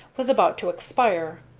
was about to expire.